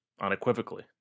unequivocally